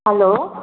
hello